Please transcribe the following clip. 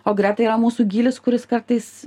o greta yra mūsų gylis kuris kartais